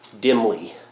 dimly